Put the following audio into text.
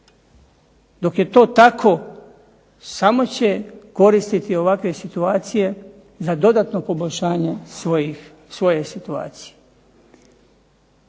Dok je to tako samo će koristiti ovakve situacije za dodatno poboljšanje svoje situacije.